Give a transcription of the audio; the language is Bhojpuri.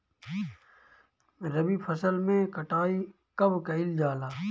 रबी फसल मे कटाई कब कइल जाला?